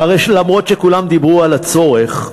שהרי אף שכולם דיברו על הצורך,